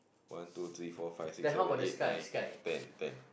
one two three four five six seven eight nine ten ten